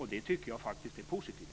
Det tycker jag faktiskt är positivt.